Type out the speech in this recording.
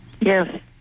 yes